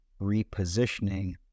repositioning